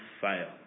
fail